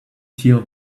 tear